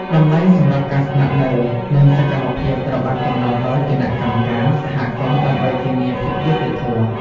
តម្លៃសម្រាប់ការស្នាក់នៅ និងសកម្មភាពត្រូវបានកំណត់ដោយ គណៈកម្មការ សហគមន៍ដើម្បីធានាភាពយុត្តិធម៌។